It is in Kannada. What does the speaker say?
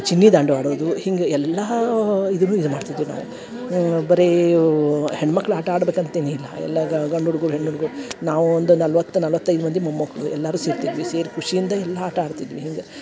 ಚಿನ್ನಿ ದಾಂಡು ಆಡೋದು ಹೀಗೆ ಎಲ್ಲಾ ಇದನ್ನು ಇದು ಮಾಡ್ತಿದ್ವಿ ನಾವು ಬರೇ ಇವು ಹೆಣ್ಮಕ್ಳು ಆಟ ಆಡ್ಬೇಕು ಅಂತೇನಿಲ್ಲ ಎಲ್ಲ ಗಂಡ್ ಹುಡ್ಗುರು ಹೆಣ್ಣು ಹುಡ್ಗುರು ನಾವು ಒಂದು ನಲವತ್ತು ನಲವತ್ತೈದು ಮಂದಿ ಮೊಮ್ಮಕ್ಕಳು ಎಲ್ಲಾರು ಸೇರ್ತಿದ್ವಿ ಸೇರಿ ಖುಷಿಯಿಂದ ಎಲ್ಲಾ ಆಟ ಆಡ್ತಿದ್ವಿ ಹಿಂಗೆ